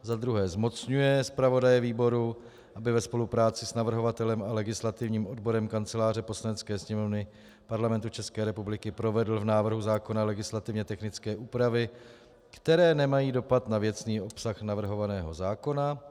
za druhé zmocňuje zpravodaje výboru, aby ve spolupráci s navrhovatelem a legislativním odborem kanceláře Poslanecké sněmovny Parlamentu České republiky provedl v návrhu zákona legislativně technické úpravy, které nemají dopad na věcný obsah navrhovaného zákona;